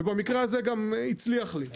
ובמקרה הזה גם הצליח לי.